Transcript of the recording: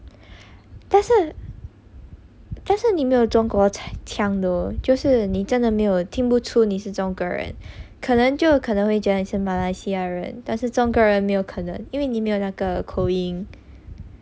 但是但是没有中国腔 though 就是你真的没有听不出你是中国人可能就可能会觉得你是马来西亚人但是中国人没有可能因为你没有那个口音